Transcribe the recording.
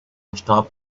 stop